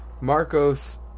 Marcos